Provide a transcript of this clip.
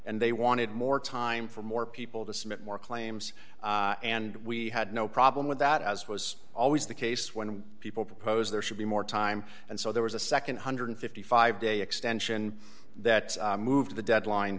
and they wanted more time for more people to submit more claims and we had no problem with that as was always the case when people proposed there should be more time and so there was a nd one hundred and fifty five day extension that moved the deadline